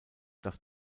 dass